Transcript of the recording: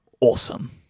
awesome